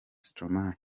stromae